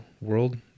world